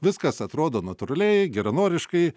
viskas atrodo natūraliai geranoriškai